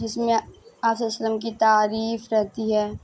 جس میں آپ صلّی وسسلم کی تعریف رہتی ہے